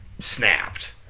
snapped